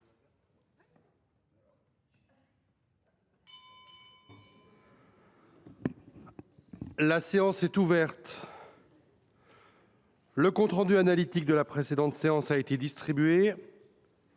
La séance est ouverte. Le compte rendu analytique de la précédente séance a été distribué.